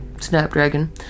snapdragon